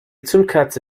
zündkerze